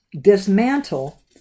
dismantle